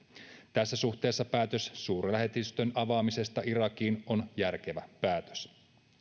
tässä suhteessa päätös suurlähetystön avaamisesta irakiin on järkevä päätös